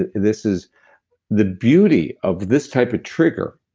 and this is the beauty of this type of trigger,